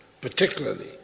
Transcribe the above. particularly